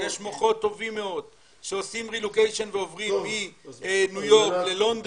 יש מוחות טובים מאוד שעושים רילוקיישן ועוברים מניו יורק ללונדון,